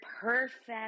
perfect